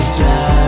time